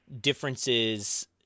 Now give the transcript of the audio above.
differences